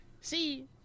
See